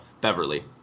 Beverly